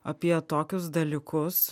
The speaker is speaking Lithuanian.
apie tokius dalykus